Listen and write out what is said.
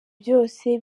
byose